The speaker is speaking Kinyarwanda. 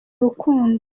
urukundo